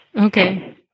Okay